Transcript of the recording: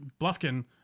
Bluffkin